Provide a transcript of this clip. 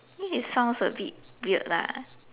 mean it sounds a bit weird lah